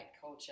culture